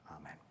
Amen